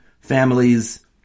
families